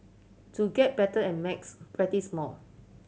to get better at maths practise more